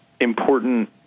important